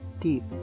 Deep